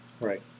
Right